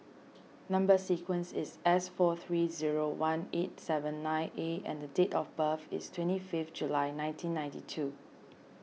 Number Sequence is S four three zero one eight seven nine A and date of birth is twenty fifth July nineteen ninety two